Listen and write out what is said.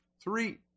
Three